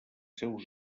seus